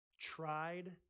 tried